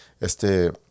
Este